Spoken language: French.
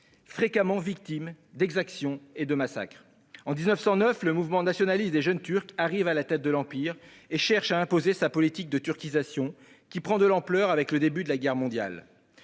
fréquemment victimes d'exactions et de massacres. En 1909, le mouvement nationaliste des Jeunes-Turcs arrive à la tête de l'Empire et cherche à imposer sa politique de turquisation, qui prend de l'ampleur avec le début de la guerre mondiale.